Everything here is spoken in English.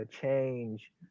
change